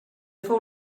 fou